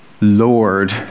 Lord